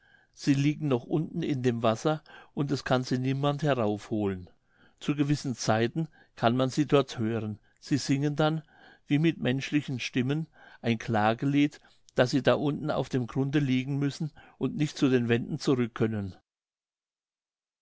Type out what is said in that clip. sie liegen noch unten in dem wasser und es kann sie niemand heraufholen zu gewissen zeiten kann man sie dort hören sie singen dann wie mit menschlichen stimmen ein klagelied daß sie da unten auf dem grunde liegen müssen und nicht zu den wenden